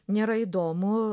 nėra įdomu